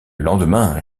lendemain